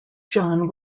john